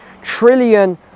trillion